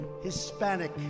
Hispanic